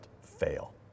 fail